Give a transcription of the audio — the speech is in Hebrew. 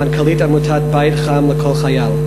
מנכ"לית עמותת "בית חם לכל חייל".